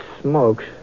smokes